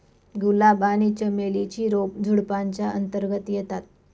गुलाब आणि चमेली ची रोप झुडुपाच्या अंतर्गत येतात